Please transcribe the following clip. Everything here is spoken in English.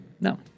No